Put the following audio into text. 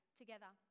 together